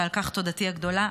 ועל כך תודתי הגדולה.